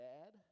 Dad